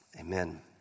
Amen